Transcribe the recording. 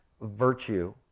virtue